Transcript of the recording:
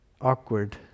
Awkward